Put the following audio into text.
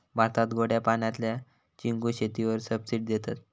भारतात गोड्या पाण्यातल्या चिंगूळ शेतीवर सबसिडी देतत